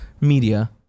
media